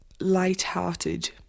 light-hearted